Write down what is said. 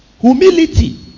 Humility